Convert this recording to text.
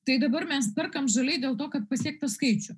tai dabar mes perkam žaliai dėl to kad pasiekt tą skaičių